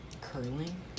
Curling